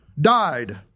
died